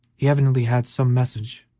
he evidently had some message